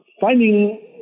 finding